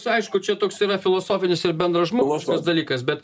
aišku čia toks yra filosofinis ir bendražmogiškas toks dalykas bet